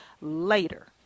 later